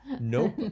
Nope